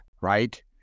right